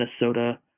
Minnesota